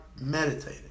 meditating